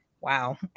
wow